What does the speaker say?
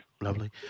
Lovely